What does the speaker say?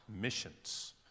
missions